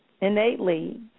innately